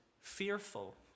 fearful